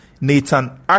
Nathan